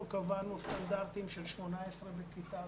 אנחנו קבענו סטנדרטים של 18 בכיתה.